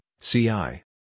CI